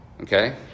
Okay